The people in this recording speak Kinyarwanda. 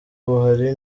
buhari